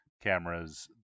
cameras